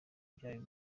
byayo